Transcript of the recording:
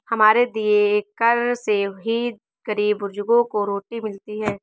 हमारे दिए कर से ही गरीब बुजुर्गों को रोटी मिलती है